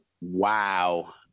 Wow